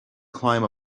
climb